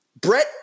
Brett